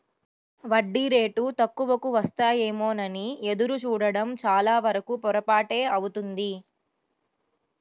వడ్డీ రేటు తక్కువకు వస్తాయేమోనని ఎదురు చూడడం చాలావరకు పొరపాటే అవుతుంది